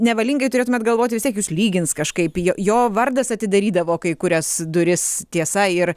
nevalingai turėtumėt galvoti vis tiek jus lygins kažkaip į jo vardas atidarydavo kai kurias duris tiesa ir